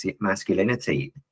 masculinity